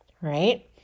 right